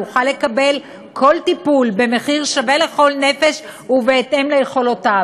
יוכל לקבל כל טיפול במחיר שווה לכל נפש ובהתאם ליכולתו.